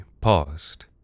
paused